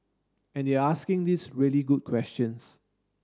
and they're asking these really good questions